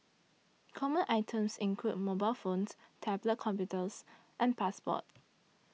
common items include mobile phones tablet computers and passports